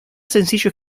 sencillo